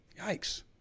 Yikes